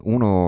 Uno